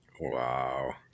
Wow